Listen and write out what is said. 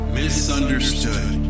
misunderstood